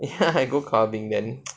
I go clubbing then